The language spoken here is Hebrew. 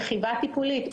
רכיבה טיפולית,